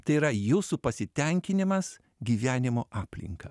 tai yra jūsų pasitenkinimas gyvenimo aplinka